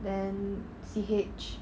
then C_H